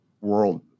world